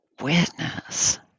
witness